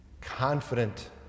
confident